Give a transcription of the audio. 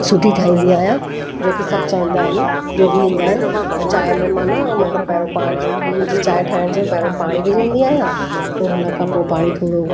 सुठी ठाहींदी आहियां जो की सभु चहींदा इनजो बि ईंदा आहिनि त चांहि में मां न मतिलबु पहरियों पाणी मुंहिंजी चांहि ठहिण सां पहरुं पाणी विझंदी आहियां पोइ हुन खां पोइ पाणी थोरो